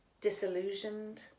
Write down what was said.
disillusioned